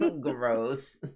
gross